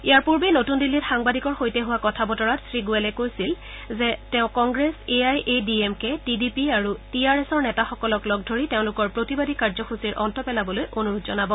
ইয়াৰ পূৰ্বে নতুন দিল্লীত সাংবাদিকৰ সৈতে হোৱা কথা বতৰাত শ্ৰীগোৱেলে কৈছিল যে তেওঁ Congress A I A D M K T D P আৰু টি আৰ এছৰ নেতাসকলক লগ ধৰি তেওঁলোকৰ প্ৰতিবাদী কাৰ্যসূচী সমাপ্ত কৰিবলৈ অনুৰোধ জনাব